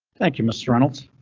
thank you mr reynolds.